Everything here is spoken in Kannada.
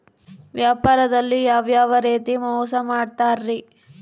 ವ್ಯಾಪಾರದಲ್ಲಿ ಯಾವ್ಯಾವ ರೇತಿ ಮೋಸ ಮಾಡ್ತಾರ್ರಿ?